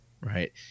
right